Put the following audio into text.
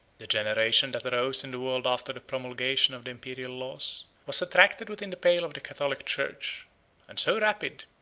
the generation that arose in the world after the promulgation of the imperial laws, was attracted within the pale of the catholic church and so rapid,